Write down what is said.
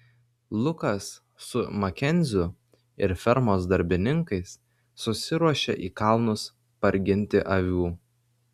lukas su makenziu ir fermos darbininkais susiruošė į kalnus parginti avių